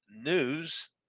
news